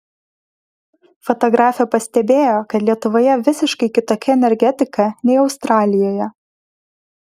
fotografė pastebėjo kad lietuvoje visiškai kitokia energetika nei australijoje